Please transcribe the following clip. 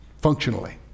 functionally